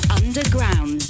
underground